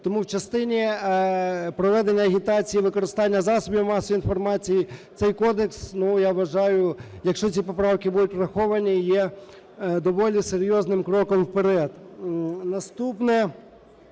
Тому в частині проведення агітацій і використання засобів масової інформації цей Кодекс, ну, я вважаю, якщо ці поправки будуть враховані, є доволі серйозним кроком вперед. Наступне,